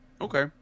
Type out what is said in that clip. Okay